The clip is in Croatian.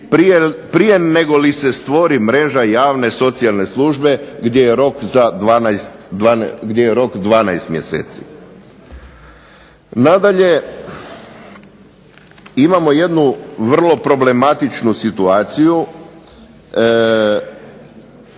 prije nego li se stvori mreža javne socijalne službe gdje je rok 12 mjeseci. Nadalje imamo jednu vrlo problematičnu situaciju,